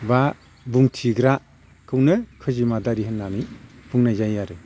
बा बुंथिग्राखौनो खैजिमा दारि होननानै बुंनाय जायो आरो